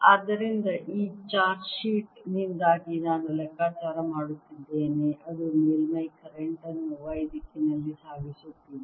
ಆದ್ದರಿಂದ ಈ charge sheet ನಿಂದಾಗಿ ನಾನು ಲೆಕ್ಕಾಚಾರ ಮಾಡುತ್ತಿದ್ದೇನೆ ಅದು ಮೇಲ್ಮೈ ಕರೆಂಟ್ ಅನ್ನು Y ದಿಕ್ಕಿನಲ್ಲಿ ಸಾಗಿಸುತ್ತಿದೆ